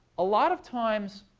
a lot of times,